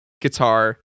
guitar